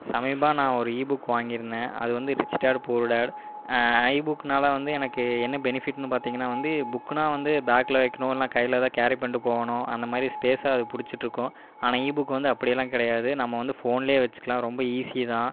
சமீபா நான் ஒரு ebook வாங்கியிருந்தேன் அது வந்து ரிச் டாட் பூரு டாட் ஐ புக்குனால வந்து எனக்கு என்ன பெனிஃபிட்டுனு பார்த்திங்கனா வந்து புக்குனா வந்து பேக்கில் வைக்கணும் இல்லைனா கையில் எதா கேரி பண்ணிட்டு போகணும் அந்த மாதிரி ஸ்பேஸாக அது பிடிச்சிட்ருக்கும் ஆனால் ஈ புக் வந்து அப்படியெல்லாம் கிடையாது நம்ம வந்து ஃபோன்லேயே வெச்சிக்லாம் ரொம்ப ஈசி தான்